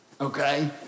okay